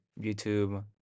YouTube